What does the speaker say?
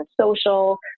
social